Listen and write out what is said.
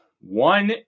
one